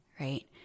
right